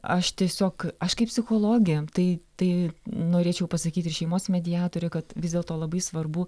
aš tiesiog aš kaip psichologė tai tai norėčiau pasakyt ir šeimos mediatorė kad vis dėlto labai svarbu